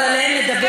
אבל עליהם נדבר,